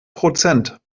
prozent